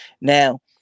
Now